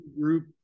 group